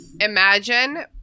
Imagine